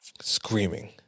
screaming